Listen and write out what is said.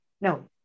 no